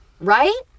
Right